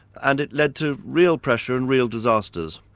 and it led to real pressure and real disasters.